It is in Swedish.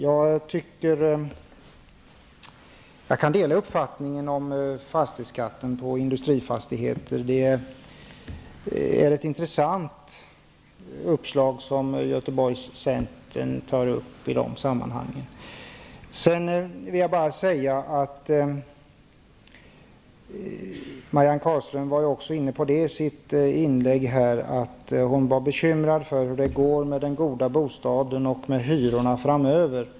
Jag kan dela uppfattningen om fastighetsskatten på industrifastigheter; det är ett intressant uppslag som Göteborgscentern tar upp. Marianne Carlström var bekymrad för hur det skall gå med den goda bostaden och med hyrorna framöver.